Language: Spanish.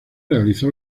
realizó